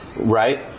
right